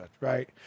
right